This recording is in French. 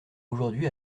aujourd’hui